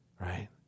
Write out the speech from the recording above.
right